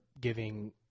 giving